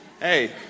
Hey